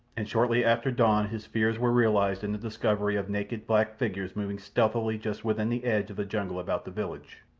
and shortly after dawn his fears were realized in the discovery of naked black figures moving stealthily just within the edge of the jungle about the village.